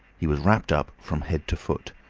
he was wrapped up from head to foot,